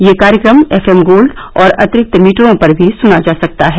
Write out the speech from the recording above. यह कार्यक्रम F M gold और अतिरिक्त मीटरों पर भी सुना जा सकता है